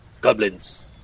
goblins